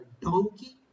donkey